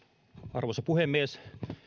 arvoisa puhemies